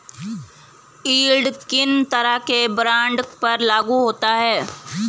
Yield किन तरह के बॉन्ड पर लागू होता है?